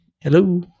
Hello